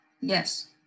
Yes